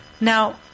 Now